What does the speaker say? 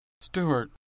Stewart